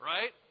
Right